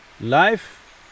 Life